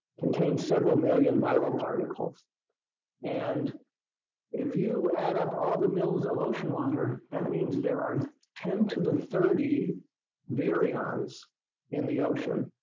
contains several million viral particles and if you add up all the mils of ocean water, that means there are ten to the thirty virions in the ocean.